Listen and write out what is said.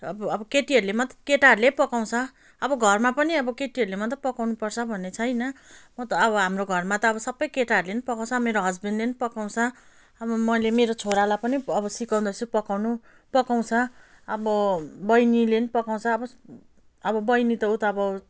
अब अब केटीहरूले मात्र केटाहरूले पकाउँछ अब घरमा पनि अब केटीहरूले मात्रै पकाउनु पर्छ भन्ने छैन म त अब हाम्रो घरमा त सबै केटाहरूले नि पकाउँछ मेरो हस्बेन्डले नि पकाउँछ अब मैले मेरो छोरालाई पनि अब सिकाउँदैछु पकाउनु पकाउँछ अब बहिनीले नि पकाउँछु अब अब बहिनी त ऊ त अब